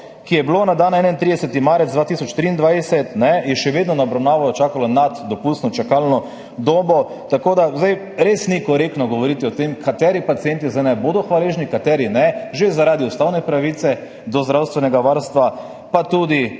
ki so na dan 31. marec 2023 še vedno na obravnavo čakali nad dopustno čakalno dobo. Tako da zdaj res ni korektno govoriti o tem, kateri pacienti zdaj naj bodo hvaležni, kateri ne, že zaradi ustavne pravice do zdravstvenega varstva. Pa tudi